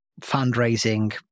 fundraising